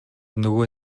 нөгөө